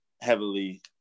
heavily